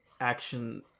action